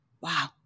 Wow